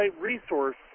resource